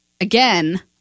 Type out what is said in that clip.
again